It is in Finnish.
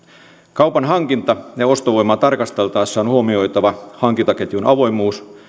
kaupan hankinta ja ostovoimaa tarkasteltaessa on huomioitava hankintaketjun avoimuus